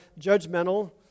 judgmental